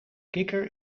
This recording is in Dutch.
kikker